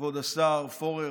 כבוד השר פורר,